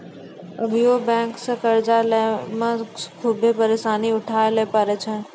अभियो बेंक से कर्जा लेय मे खुभे परेसानी उठाय ले परै छै